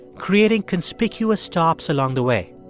creating conspicuous stops along the way.